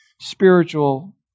spiritual